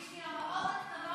בשביל המעות הקטנות,